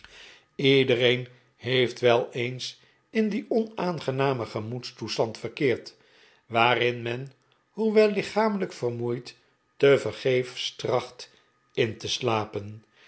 ledereen heeft wel eens in dien onaangenamen gemoedstoestand verkeerd waarin men hoewel lichamelijk vermoeid tevergeefs tracht in te slapen